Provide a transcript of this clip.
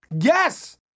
Yes